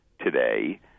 today